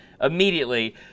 immediately